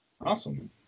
Awesome